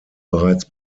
bereits